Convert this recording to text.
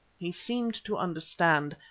he seemed to understand.